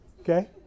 Okay